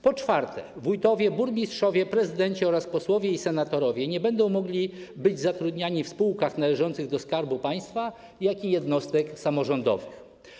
Po czwarte, wójtowie, burmistrzowie, prezydenci oraz posłowie i senatorowie nie będą mogli być zatrudniani w spółkach należących do Skarbu Państwa ani jednostek samorządowych.